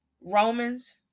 Romans